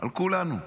על כולנו.